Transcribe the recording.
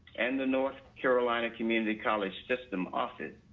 and the north carolina community college system office.